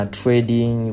trading